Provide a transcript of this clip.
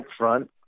upfront